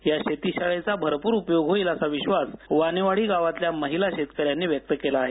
या शेती शाळेचा भरपूर उपयोग होईल असा विश्वास वानेवाडी गावातल्या महिला शेतकऱ्यांनी व्यक्त केला आहे